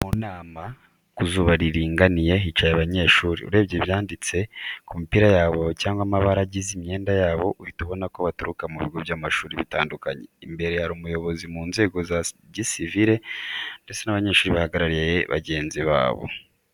Mu nama, ku zuba riringaniye hicaye abanyeshuri, urebye ibyanditse ku mipira yabo cyangwa amabara agize imyenda yabo uhita ubona ko baturuka mu bigo by'amashuri bitandukanye. Imbere hari umuyobozi mu nzego za gisivire ndetse n'abanyeshuri bahagarariye bagenzi babo.